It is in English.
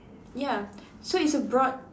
ya so it's a broad